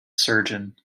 surgeon